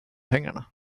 pengarna